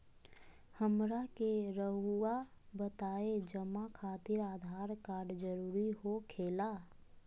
हमरा के रहुआ बताएं जमा खातिर आधार कार्ड जरूरी हो खेला?